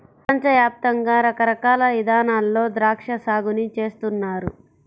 పెపంచ యాప్తంగా రకరకాల ఇదానాల్లో ద్రాక్షా సాగుని చేస్తున్నారు